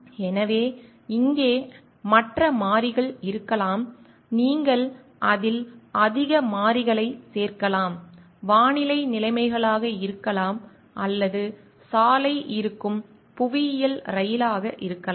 எனவே இங்கே மற்ற மாறிகள் இருக்கலாம் நீங்கள் அதில் அதிக மாறிகளைச் சேர்க்கலாம் வானிலை நிலைமைகளாக இருக்கலாம் அல்லது சாலை இருக்கும் புவியியல் ரயிலாக இருக்கலாம்